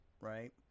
Right